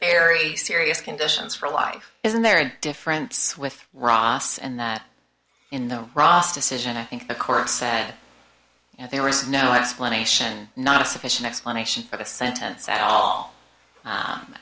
very serious conditions for life isn't there a difference with ross and that in the ross decision i think the court said and there was no explanation not a sufficient explanation for the sentence at all